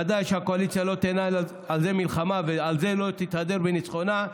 ודאי שהקואליציה לא תנהל על זה מלחמה ועל זה היא לא תתהדר בניצחונה.